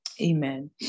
Amen